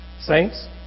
Saints